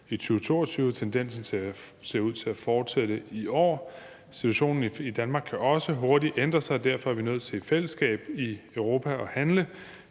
i 2022, og tendensen ser ud til at fortsætte i år. Situationen i Danmark kan også hurtigt ændre sig, og derfor er vi nødt til i fællesskab i Europa at handle.